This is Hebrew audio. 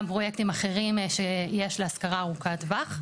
גם פרויקטים אחרים שיש להשכרה ארוכת טווח,